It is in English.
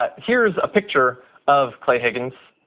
ah here is a picture of clay higgins,